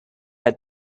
had